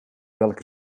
welke